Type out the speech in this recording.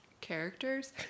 characters